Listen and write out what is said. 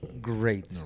great